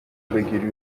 بگیری